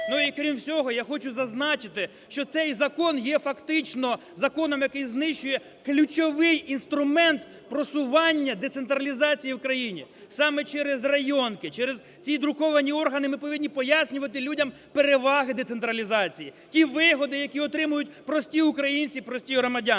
Ну, і, крім всього, я хочу зазначити, що цей закон є фактично законом, який знищує ключовий інструмент просування децентралізації в країні. Саме через "районки", через ці друковані органи ми повинні пояснювати людям переваги децентралізації, ті вигоди, які отримують прості українці, прості громадяни.